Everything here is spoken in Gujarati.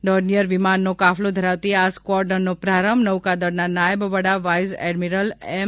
ડોરનીયર વિમાન નો કાફલો ધરાવતી આ સ્કવોર્ડનનો પ્રારંભ નૌકાદળ ના નાયબ વડા વાઇસ એડ્મીરલ એમ